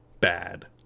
bad